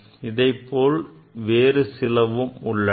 இதைப்போல் வேறு சிலவும் உள்ளன